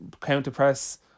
counter-press